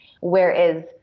Whereas